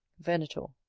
venator.